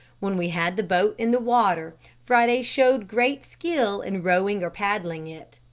when we had the boat in the water, friday showed great skill in rowing or paddling it.